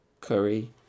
curry